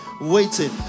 waiting